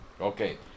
Okay